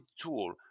tool